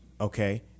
okay